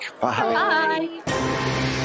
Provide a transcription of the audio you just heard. Bye